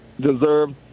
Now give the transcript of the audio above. deserve